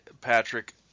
Patrick